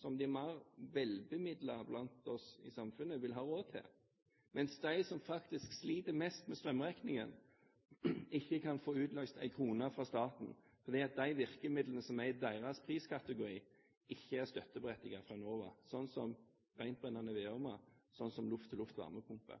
som de mer velbemidlede blant oss i samfunnet vil ha råd til, mens de som faktisk sliter mest med strømregningen, ikke kan få utløst én krone fra staten, fordi de virkemidlene som er i deres priskategori, ikke er støtteberettiget fra Enova, sånn som rentbrennende vedovner og luft-til-luft varmepumper.